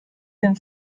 den